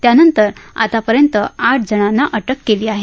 त्यानंतर आतापर्यंत आठ जणाना अटक केली आहे